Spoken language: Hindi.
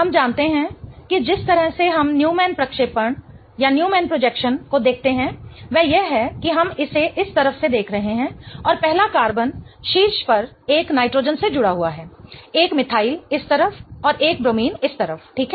हम जानते हैं कि जिस तरह से हम न्यूमैन प्रक्षेपण प्रोजेक्शन को देखते हैं वह यह है कि हम इसे इस तरफ से देख रहे हैं और पहला कार्बन शीर्ष पर एक नाइट्रोजन से जुड़ा हुआ है एक मिथाइल इस तरफ और एक ब्रोमीन इस तरफ ठीक है